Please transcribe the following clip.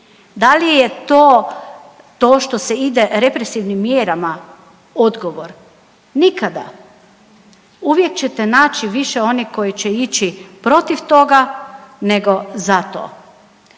Da li je to, to što se ide represivnim mjerama odgovor? Nikada, uvijek ćete naći onih koji će ići protiv toga nego za to.